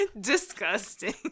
disgusting